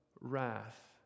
wrath